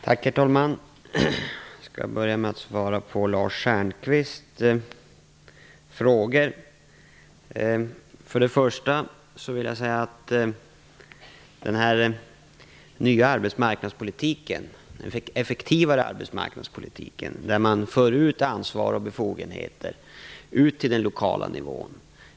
Herr talman! Jag skall börja med att svara på Lars Stjernkvists frågor. Jag är en mycket varm anhängare av den nya effektivare arbetsmarknadspolitiken där man för ut ansvar och befogenheter till den lokala nivån.